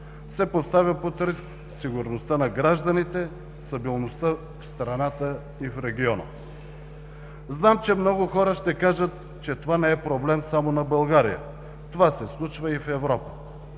се поставя под риск сигурността на гражданите, стабилността в страната и в региона. Знам, че много хора ще кажат, че това не е проблем само на България, това се случва и в Европа,